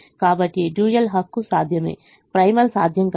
కాబట్టి డ్యూయల్ హక్కు సాధ్యమే ప్రైమల్ సాధ్యం కాదు